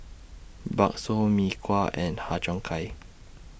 Bakso Mee Kuah and Har Cheong Gai